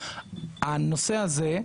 הנושא הזה,